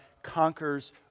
conquers